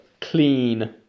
clean